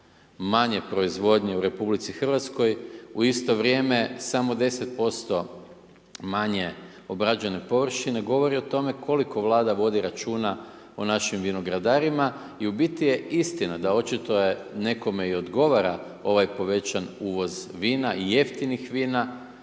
manje proizvodnje u RH. U isto vrijeme samo 10% manje obrađene površine govori o tome koliko Vlada vodi računa o našim vinogradarima. I u biti je istina da očito nekome i odgovara ovaj povećan uvoz vina i jeftinih vina,